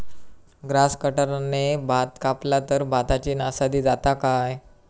Grass कटराने भात कपला तर भाताची नाशादी जाता काय?